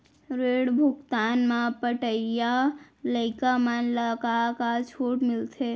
ऋण भुगतान म पढ़इया लइका मन ला का का छूट मिलथे?